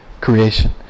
creation